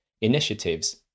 initiatives